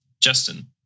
Justin